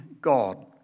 God